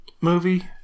movie